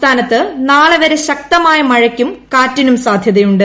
സംസ്ഥാനത്ത് നാളെ വരെ ശക്തമായ മഴയ്ക്കും കാറ്റീന്റും സാധൃതയുണ്ട്